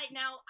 now